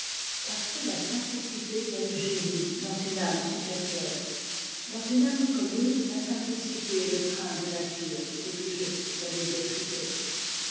parce que la simplicité est le génie dans une âme supérieure dans une âme commune la simplicité est le train de nature c'est tout juste la médiocrité